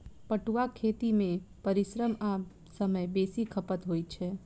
पटुआक खेती मे परिश्रम आ समय बेसी खपत होइत छै